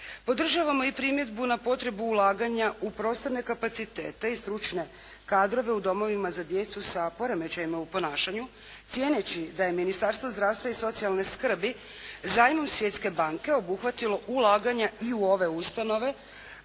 Podržavamo i primjedbu na potrebu ulaganja u prostorne kapacitete i stručne kadrove u domovima za djecu sa poremećajima u ponašanju cijeneći da je Ministarstvo zdravstva i socijalne skrbi zajmom Svjetske banke obuhvatilo ulaganje i u ove ustanove